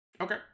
Okay